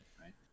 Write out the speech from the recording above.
right